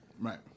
Right